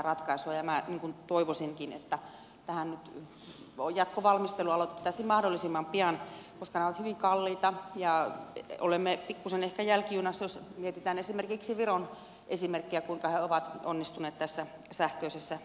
minä toivoisinkin että tämä jatkovalmistelu aloitettaisiin mahdollisimman pian koska nämä ovat hyvin kalliita ja olemme pikkuisen ehkä jälkijunassa jos mietitään esimerkiksi viron esimerkkiä kuinka he ovat onnistuneet tässä sähköisessä yhteiskunnassa